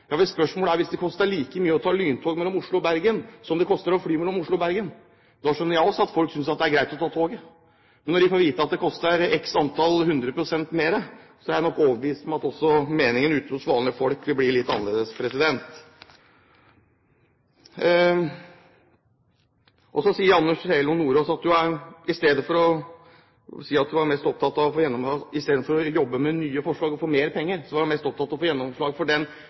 Ja, hvis det koster like mye å ta lyntog mellom Oslo og Bergen som det koster å fly mellom Oslo og Bergen, skjønner jeg også at folk synes det er greit å ta toget. Men når de får vite at det koster x antall hundre prosent mer, er jeg overbevist om at også meningen ute hos vanlige folk vil bli litt annerledes. Janne Sjelmo Nordås var, i stedet for å jobbe med nye forslag og få mer penger, mest opptatt av å få gjennomslag for den